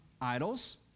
idols